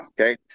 okay